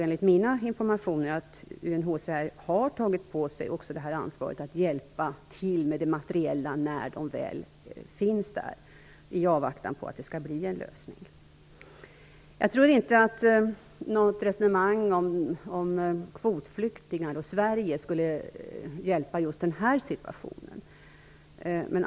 Enligt mina informationer har UNHCR också tagit på sig ansvaret att hjälpa till med det materiella när de väl finns där, i avvaktan på att det skall bli en lösning. Jag tror inte att något resonemang om kvotflyktingar och Sverige skulle hjälpa i just den här situationen.